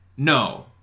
No